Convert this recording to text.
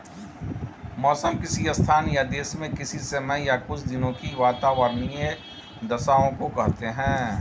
मौसम किसी स्थान या देश में किसी समय या कुछ दिनों की वातावार्नीय दशाओं को कहते हैं